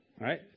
Right